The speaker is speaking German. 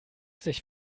sich